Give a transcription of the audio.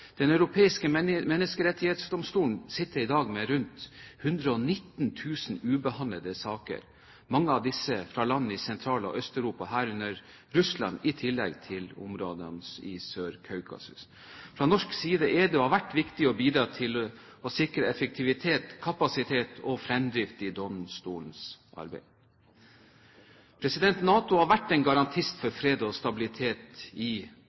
Den europeiske menneskerettighetsdomstol sitter i dag med rundt 119 000 ubehandlede saker, mange av disse fra land i Sentral- og Øst-Europa, herunder Russland, i tillegg til områdene i Sør-Kaukasus. Fra norsk side er det – og har det vært – viktig å bidra til å sikre effektivitet, kapasitet og fremdrift i domstolens arbeid. NATO har vært en garantist for fred og stabilitet i